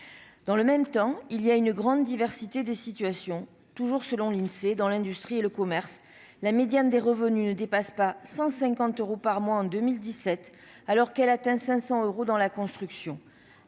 Dans le même temps, il existe une grande diversité de situations : toujours selon l'Insee, dans l'industrie et le commerce, la médiane des revenus ne dépasse pas 150 euros par mois en 2017, alors qu'elle atteint 500 euros par mois dans la construction.